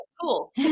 cool